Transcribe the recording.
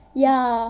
ya